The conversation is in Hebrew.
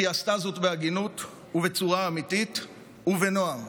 היא עשתה זאת בהגינות ובצורה אמיתית ובנועם,